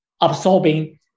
absorbing